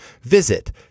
Visit